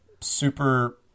super